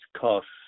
costs